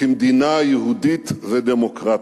כמדינה יהודית ודמוקרטית".